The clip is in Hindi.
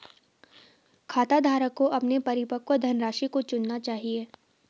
खाताधारक को अपने परिपक्व धनराशि को चुनना चाहिए